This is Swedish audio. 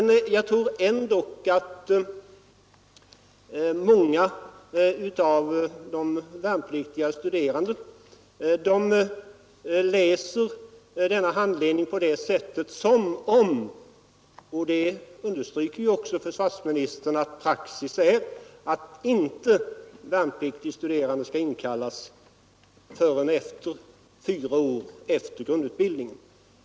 Men jag tror ändå att många av de värnpliktiga studerande läser denna handledning som om — och det understryker också försvarsministern — praxis är att inte värnpliktig studerande skall inkallas förrän fyra år efter grundutbildningen.